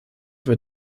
wird